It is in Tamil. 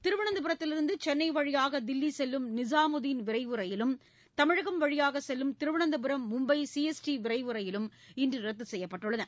திருவனந்தபுரத்திலிருந்து சென்னை வழியாக தில்லி செல்லும் நிசாமுதீன் விரைவு ரயிலும் தமிழகம் வழியாக செல்லும் திருவனந்தபுரம் மும்பை சிஎஸ்டி விரைவு ரயிலும் இன்று ரத்து செய்யப்பட்டுள்ளன